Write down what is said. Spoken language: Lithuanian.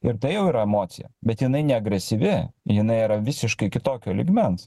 ir tai jau yra emocija bet jinai neagresyvi jinai yra visiškai kitokio lygmens